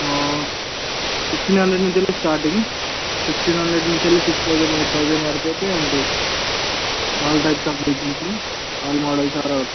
fifteen hundred నుంచి వెళ్ళి starting fifteen hundred నుంచి వెళ్ళి సిక్స్ థౌజండ్ ఎయిట్ థౌజండ్ వరకైతే ఉంటాయి all types of bicycles all models R